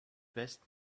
best